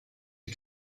you